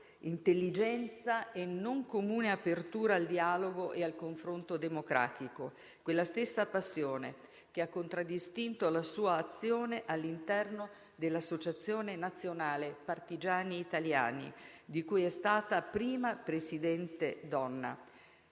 intelligenza e non comune apertura al dialogo e al confronto democratico, quella stessa passione che ha contraddistinto la sua azione all'interno dell'Associazione nazionale partigiani italiani di cui è stata prima presidente donna.